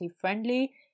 friendly